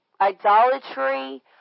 idolatry